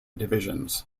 divisions